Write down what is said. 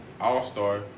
all-star